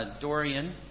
Dorian